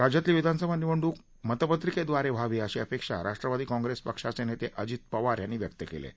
राज्यातील विधानसभा निवडणूक मतपत्रिकेद्वारे व्हावी अशी अपेक्षा राष्ट्रवादी काँप्रेस पक्षाचे नेते अजित पवार यांनी व्यक्त केली आहे